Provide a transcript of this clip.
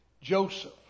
Joseph